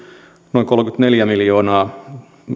noin kolmekymmentäneljä miljoonaa